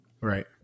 Right